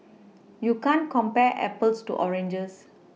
you can't compare Apples to oranges